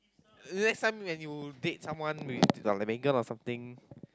next time when you date someone with like Megan or something